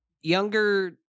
younger